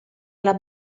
alla